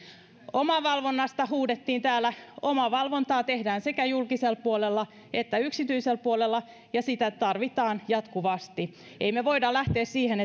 omavalvonnasta huudettiin täällä omavalvontaa tehdään sekä julkisella puolella että yksityisellä puolella ja sitä tarvitaan jatkuvasti emme me voi lähteä siihen